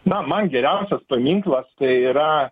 na man geriausias paminklas tai yra